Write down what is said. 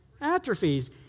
atrophies